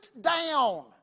down